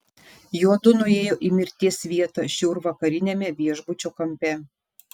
juodu nuėjo į mirties vietą šiaurvakariniame viešbučio kampe